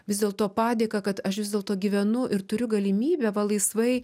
vis dėlto padėką kad aš vis dėlto gyvenu ir turiu galimybę va laisvai